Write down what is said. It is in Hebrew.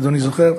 אם אדוני זוכר,